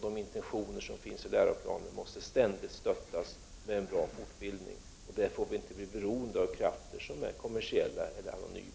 De intentioner som finns i läroplanen måste ständigt stöttas med god fortbildning. På det området får vi inte bli beroende av krafter som är kommersiella eller anonyma.